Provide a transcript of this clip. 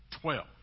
Twelve